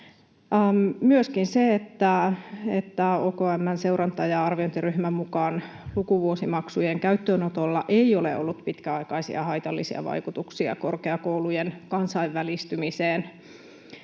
Myöskin se, että OKM:n seuranta- ja arviointiryhmän mukaan lukuvuosimaksujen käyttöönotolla ei ole ollut pitkäaikaisia haitallisia vaikutuksia korkeakoulujen kansainvälistymiseen